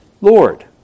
Lord